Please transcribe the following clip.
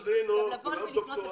אז לבוא ולפנות לבג"צ?